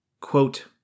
Quote